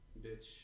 bitch